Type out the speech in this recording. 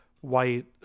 white